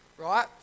Right